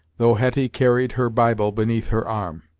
though hetty carried her bible beneath her arm.